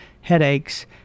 headaches